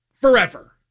forever